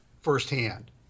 firsthand